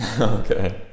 Okay